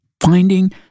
Finding